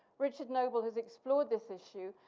richard noble has explored this issue,